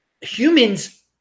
Humans